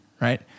right